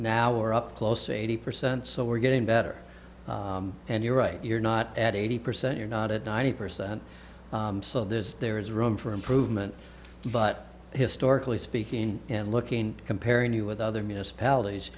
now we're up close to eighty percent so we're getting better and you're right you're not at eighty percent you're not at ninety percent so there's there is room for improvement but historically speaking and looking comparing you with other municipalities